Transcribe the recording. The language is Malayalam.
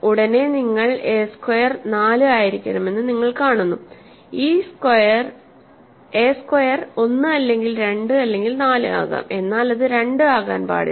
ഉടനെ നിങ്ങൾ എ സ്ക്വയർ 4 ആയിരിക്കണമെന്ന് നിങ്ങൾ കാണുന്നു എ സ്ക്വയർ 1 അല്ലെങ്കിൽ 2 അല്ലെങ്കിൽ 4 ആകാം എന്നാൽ അത് 2 ആകാൻ പാടില്ല